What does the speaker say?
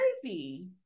crazy